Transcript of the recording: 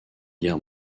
guerre